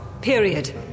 Period